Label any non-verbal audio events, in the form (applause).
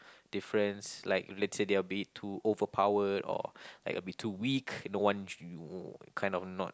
difference like let's say their made to overpowered or like a bit too weak you know one (noise) kind of not